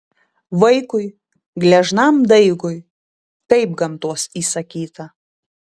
vaikui gležnam daigui taip gamtos įsakyta